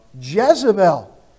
Jezebel